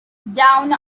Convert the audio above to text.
down